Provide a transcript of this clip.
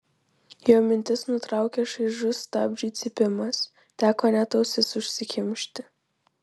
jo mintis nutraukė šaižus stabdžių cypimas teko net ausis užsikimšti